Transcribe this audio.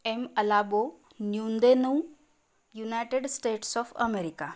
M अलाबो न्युंदेनू United States of America